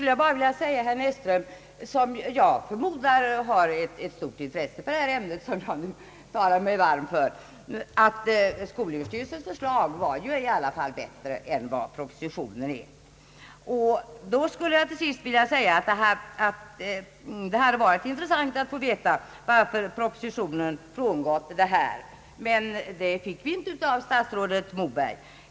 Jag förmodar att herr Näsström har stort intresse för det ämne jag här talar mig varm för, och jag vill säga att skolöverstyrelsens förslag i alla fall var bättre än propositionens. Det hade varit intressant att få veta, varför propositionen frångått skolöverstyrelsens förslag, men vi fick inte höra någonting om den saken av statsrådet Moberg.